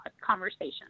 conversation